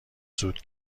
سود